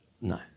No